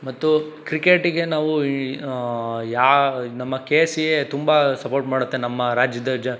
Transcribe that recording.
ಮತ್ತು ಕ್ರಿಕೆಟಿಗೆ ನಾವು ಯಾ ನಮ್ಮ ಕೆ ಸಿ ಎ ತುಂಬ ಸಪೋರ್ಟ್ ಮಾಡುತ್ತೆ ನಮ್ಮ ರಾಜ್ಯದ ಜ